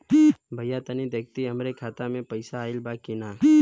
भईया तनि देखती हमरे खाता मे पैसा आईल बा की ना?